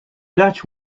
dutch